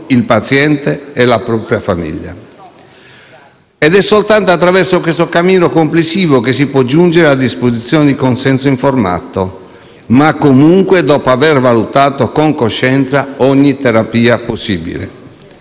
il paziente e la sua famiglia. È soltanto attraverso questo cammino complessivo che si può giungere alla disposizione di consenso informato, ma comunque dopo avere valutato con coscienza una terapia possibile